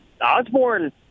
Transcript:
Osborne